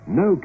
no